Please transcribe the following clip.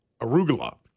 arugula